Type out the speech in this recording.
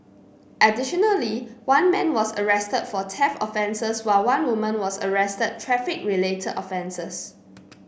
additionally one man was arrested for theft offences while one woman was arrested traffic related offences